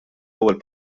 ewwel